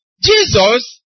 Jesus